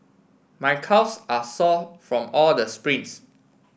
my calves are sore from all the sprints